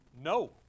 No